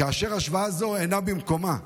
השוואה זו אינה במקומה.